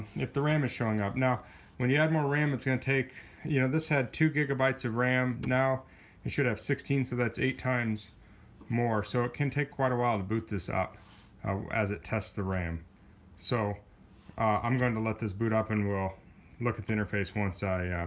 if the ram is showing up now when you add more ram, it's gonna take you know this had two gigabytes of ram now you should have sixteen so that's eight times more so it can take quite a while to boot this up as it tests the ram so i'm going to let this boot up and we'll look at the interface once i